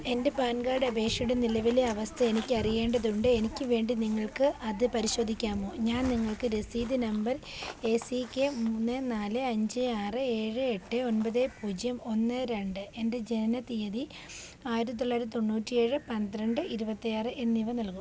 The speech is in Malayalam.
എൻ്റെ പാൻ കാർഡ് അപേക്ഷയുടെ നിലവിലെ അവസ്ഥ എനിക്കറിയേണ്ടതുണ്ട് എനിക്ക് വേണ്ടി നിങ്ങൾക്ക് അത് പരിശോധിക്കാമോ ഞാൻ നിങ്ങൾക്ക് രസീത് നമ്പർ എസികെ മൂന്ന് നാല് അഞ്ച് ആറ് ഏഴ് എട്ട് ഒൻപത് പൂജ്യം ഒന്ന് രണ്ട് എൻ്റെ ജനനത്തീയതി ആയിരത്തി തൊള്ളായിരത്തി തൊണ്ണൂറ്റിയേഴ് പന്ത്രണ്ട് ഇരുപത്തിയാറ് എന്നിവ നൽകുക